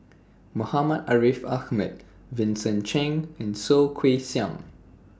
Muhammad Ariff Ahmad Vincent Cheng and Soh Kay Siang